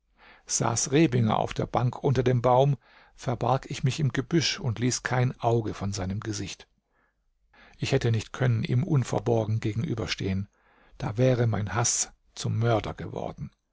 saß rebinger auf der bank unter dem baum verbarg ich mich im gebüsch und ließ kein auge von seinem gesicht ich hätte nicht können ihm unverborgen gegenüberstehen da wäre mein haß zum mörder geworden